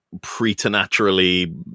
preternaturally